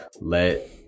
let